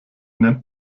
nennt